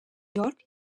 york